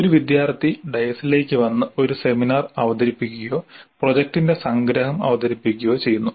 ഒരു വിദ്യാർത്ഥി ഡയസിലേക്ക് വന്ന് ഒരു സെമിനാർ അവതരിപ്പിക്കുകയോ പ്രോജക്റ്റിന്റെ സംഗ്രഹം അവതരിപ്പിക്കുകയോ ചെയ്യുന്നു